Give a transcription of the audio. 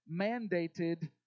mandated